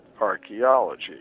Archaeology